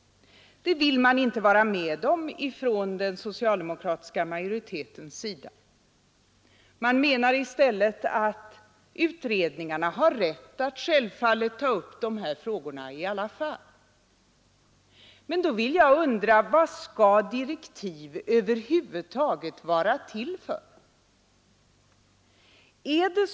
Men det vill den socialdemokratiska majoriteten inte vara med om. Den menar i stället att utredningarna självfallet har rätt att ta upp de här frågorna i alla fall. Men då undrar jag: Vad skall direktiv över huvud taget vara till för?